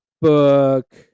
book